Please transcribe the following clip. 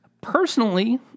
Personally